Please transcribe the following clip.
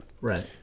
Right